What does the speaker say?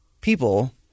people